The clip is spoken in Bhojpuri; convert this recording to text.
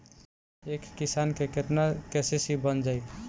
एक किसान के केतना के.सी.सी बन जाइ?